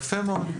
יפה מאוד.